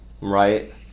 Right